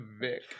Vic